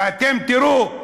ואתם תראו,